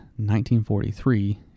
1943